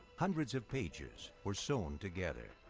hundreds of pages were sewn together.